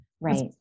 Right